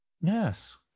yes